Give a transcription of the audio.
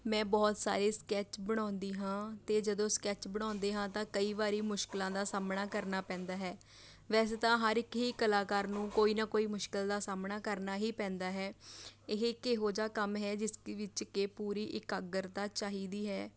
ਮੈਂ ਬਹੁਤ ਸਾਰੇ ਸਕੈੱਚ ਬਣਾਉਂਦੀ ਹਾਂ ਅਤੇ ਜਦੋਂ ਸਕੈੱਚ ਬਣਾਉਂਦੀ ਹਾਂ ਤਾਂ ਕਈ ਵਾਰੀ ਮੁਸ਼ਕਲਾਂ ਦਾ ਸਾਹਮਣਾ ਕਰਨਾ ਪੈਂਦਾ ਹੈ ਵੈਸੇ ਤਾਂ ਹਰ ਇੱਕ ਹੀ ਕਲਾਕਾਰ ਨੂੰ ਕੋਈ ਨਾ ਕੋਈ ਮੁਸ਼ਕਿਲ ਦਾ ਸਾਹਮਣਾ ਕਰਨਾ ਹੀ ਪੈਂਦਾ ਹੈ ਇਹ ਇੱਕ ਇਹੋ ਜਿਹਾ ਕੰਮ ਹੈ ਜਿਸ ਕ ਵਿੱਚ ਕਿ ਪੂਰੀ ਇਕਾਗਰਤਾ ਚਾਹੀਦੀ ਹੈ